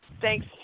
Thanks